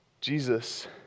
Jesus